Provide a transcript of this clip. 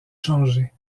changées